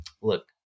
Look